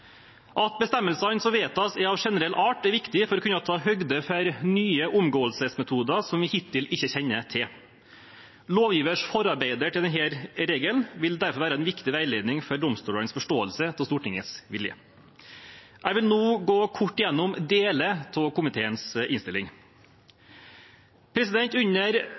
At bestemmelsene som vedtas, er av generell art, er viktig for å kunne ta høyde for nye omgåelsesmetoder som vi hittil ikke kjenner til. Lovgivers forarbeider til denne regelen vil derfor være en viktig veiledning for domstolenes forståelse av Stortingets vilje. Jeg vil nå gå kort gjennom deler av komiteens innstilling. Under